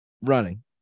running